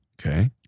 Okay